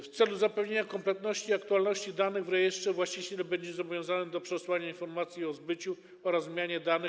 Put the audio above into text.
W celu zapewnienia kompletności i aktualności danych w rejestrze właściciel będzie zobowiązany do przesłania informacji o zbyciu oraz zmianie danych.